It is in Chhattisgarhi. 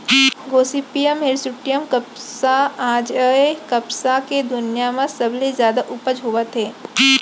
गोसिपीयम हिरस्यूटॅम कपसा आज ए कपसा के दुनिया म सबले जादा उपज होवत हे